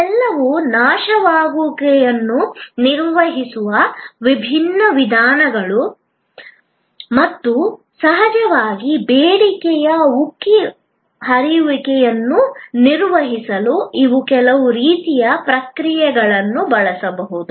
ಇವೆಲ್ಲವೂ ನಾಶವಾಗುವಿಕೆಯನ್ನು ನಿರ್ವಹಿಸುವ ವಿಭಿನ್ನ ವಿಧಾನಗಳು ಮತ್ತು ಸಹಜವಾಗಿ ಬೇಡಿಕೆಯ ಉಕ್ಕಿ ಹರಿಯುವಿಕೆಯನ್ನು ನಿರ್ವಹಿಸಲು ಇವು ಕೆಲವು ರೀತಿಯ ಪ್ರಕ್ರಿಯೆಗಳನ್ನು ಬಳಸಬಹುದು